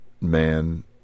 man